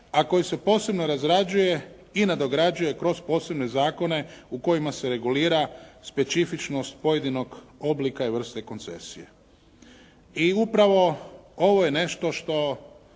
a koji se posebno razrađuje i nadograđuje kroz posebne zakone u kojima se regulira specifičnost pojedinog oblika i vrste koncesije. I upravo ovo je nešto što